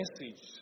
message